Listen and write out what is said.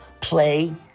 play